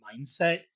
mindset